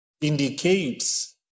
indicates